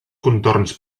contorns